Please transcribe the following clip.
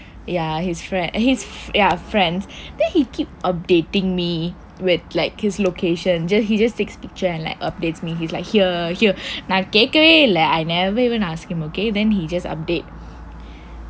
ya his friend he's ya friends then he keep updating me with like his location he just he just takes picture and like updates me he's like here here now like I literally never even ask him thenok he just update